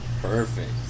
Perfect